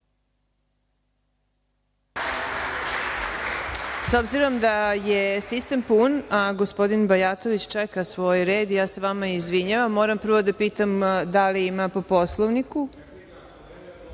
S obzirom da je sistem pun, a gospodin Bajatović čeka svoj red, ja se vama izvinjavam. Moram prvo da pitam da li ima po Poslovniku? Moram